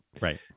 right